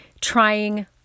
Trying